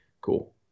Cool